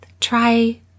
try